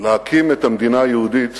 להקים את המדינה היהודית